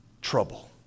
trouble